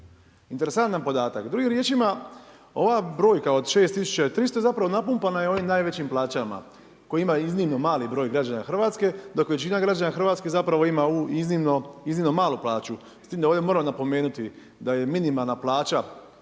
Interesantan podatak, ova brojka od 6300 je zapravo napumpana ovim najvećim plaćama koji ima iznimno mali broj građana Hrvatske dok većina građana Hrvatske zapravo ima u iznimno, iznimno malu plaću. S time da ovdje moram napomenuti da je minimalna plaća